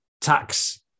tax